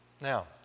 Now